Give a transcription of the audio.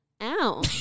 Ow